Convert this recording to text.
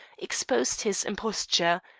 exposed his imposture.